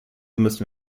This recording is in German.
müssen